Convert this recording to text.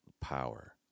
power